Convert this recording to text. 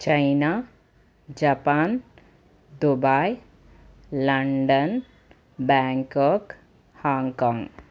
China Japan Dubai London Bangkok Hong Kong